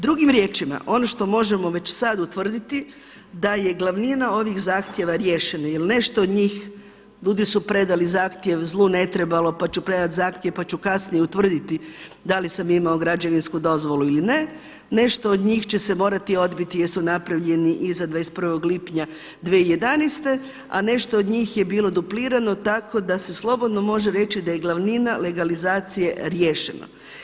Drugim riječima, ono što možemo sad utvrditi da je glavnina ovih zahtjeva riješena ili nešto od njih ljudi su predali zahtjev zlu ne trebalo pa ću predati zahtjev, pa ću kasnije utvrditi da li sam imao građevinsku dozvolu ili ne, nešto od njih će se morati odbiti jesu napravljeni iza 21. lipnja 2011. a nešto od njih je bilo duplirano tako da se slobodno može reći da je glavnina legalizacije riješena.